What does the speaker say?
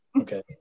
Okay